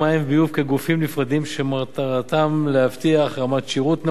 כגופים נפרדים שמטרתם להבטיח רמת שירות נאותה